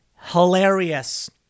hilarious